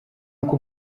uko